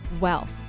wealth